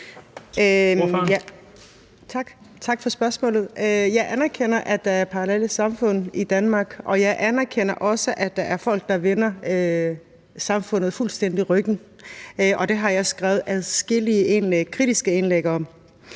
Tak for spørgsmålet. Jeg anerkender, at der er parallelle samfund i Danmark, og jeg anerkender også, at der er folk, der fuldstændig vender samfundet ryggen. Det har jeg skrevet adskillige kritiske